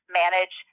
manage